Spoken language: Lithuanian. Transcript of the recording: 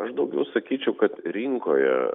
aš daugiau sakyčiau kad rinkoje